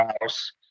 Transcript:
house